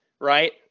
right